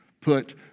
put